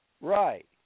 Right